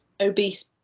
obese